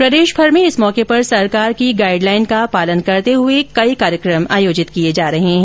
प्रदेशभर में इस मौके पर सरकार की गाइड लाइन का पालन करते हुए कई कार्यक्रम हो रहे हैं